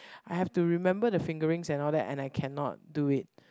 I have to remember the fingerings and all that and I cannot do it